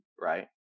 right